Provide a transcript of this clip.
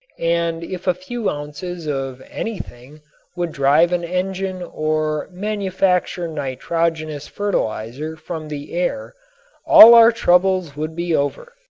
and if a few ounces of anything would drive an engine or manufacture nitrogenous fertilizer from the air all our troubles would be over.